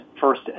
first